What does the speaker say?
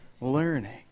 learning